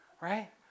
right